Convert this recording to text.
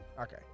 Okay